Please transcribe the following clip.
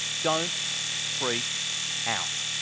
don't freak out.